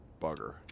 Bugger